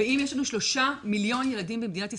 ואם יש לנו שלושה מיליון ילדים במדינת ישראל,